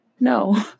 No